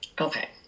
Okay